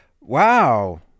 wow